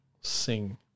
sing